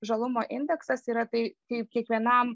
žalumo indeksas yra tai kaip kiekvienam